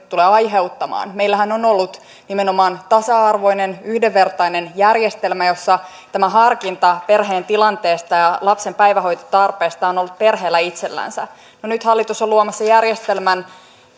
tulee aiheuttamaan meillähän on ollut nimenomaan tasa arvoinen yhdenvertainen järjestelmä jossa tämä harkinta perheen tilanteesta ja lapsen päivähoitotarpeesta on ollut perheellä itsellänsä no nyt hallitus on luomassa järjestelmän